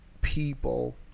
people